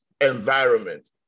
environment